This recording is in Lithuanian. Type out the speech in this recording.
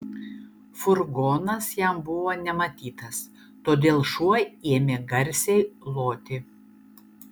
furgonas jam buvo nematytas todėl šuo ėmė garsiai loti